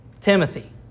Timothy